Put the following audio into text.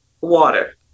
water